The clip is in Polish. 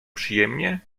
przyjemnie